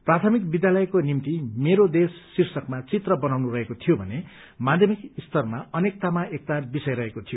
प्राथमिक विद्यालयको निम्ति मेरो देश शीर्षकमा चित्र बनाउनु रहेको थियो भने माध्यमिक स्तरमा अनेकतामा एकता विषय रहेको थियो